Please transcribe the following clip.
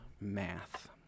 math